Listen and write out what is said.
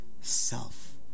self